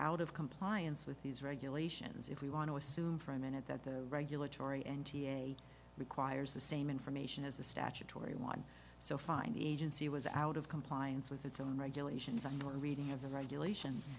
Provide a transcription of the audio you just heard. out of compliance with these regulations if we want to assume for a minute that the regulatory and requires the same information as the statutory one so find agency was out of compliance with its own regulations on the reading of the regulations